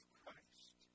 Christ